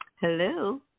Hello